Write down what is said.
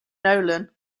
nolan